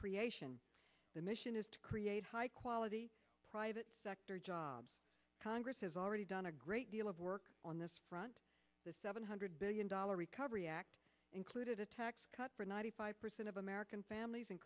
creation the mission is to create high quality private sector jobs congo has already done a great deal of work on this front the seven hundred billion dollar recovery act included a tax cut for ninety five percent of american families and